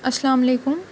اَسلام علیکُم